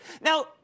Now